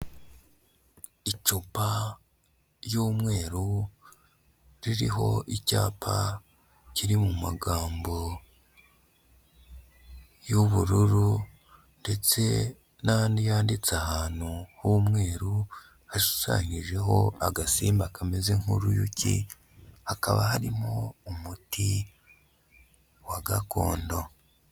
Icupa ry'umweru ririho icyapa kiri mu magambo y'ubururu ndetse n'andi yanditse ahantu h'umweru, hashushanyijeho agasimba kameze nk'uruyuki, hakaba harimo umuti wa gakondo.